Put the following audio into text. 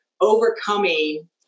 overcoming